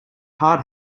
hard